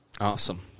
Awesome